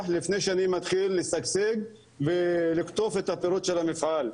לפני שאני מתחיל לסבסד ולקטוף את הפירות של המפעל,